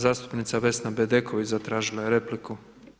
Zastupnica Vesna Bedeković zatražila je repliku.